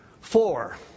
four